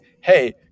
hey